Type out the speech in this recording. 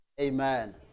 Amen